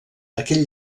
aquest